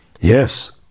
Yes